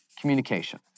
communication